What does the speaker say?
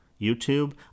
YouTube